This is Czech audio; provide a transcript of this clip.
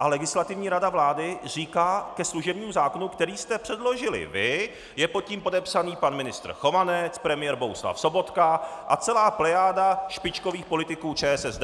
a Legislativní rada vlády říká ke služebnímu zákonu, který jste předložili vy, je pod tím podepsaný pan ministr Chovanec, premiér Bohuslav Sobotka a celá plejáda špičkových politiků ČSSD.